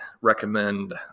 recommend